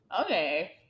Okay